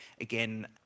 again